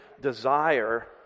desire